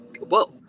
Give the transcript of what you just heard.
whoa